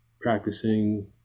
practicing